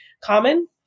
common